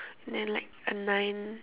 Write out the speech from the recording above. and then like a nine